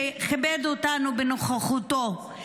שכיבד אותנו בנוכחותו,